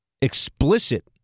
explicit